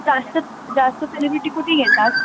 जास्त जास्त सेलिब्रिटी कुठं येतात